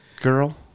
girl